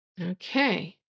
Okay